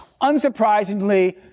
Unsurprisingly